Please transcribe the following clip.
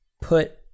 put